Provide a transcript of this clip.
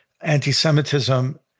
anti-Semitism